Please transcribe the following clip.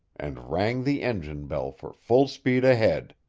and rang the engine bell for full speed ahead.